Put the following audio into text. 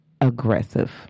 aggressive